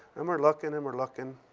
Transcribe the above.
and we're looking and we're looking.